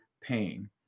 pain